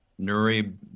Nuri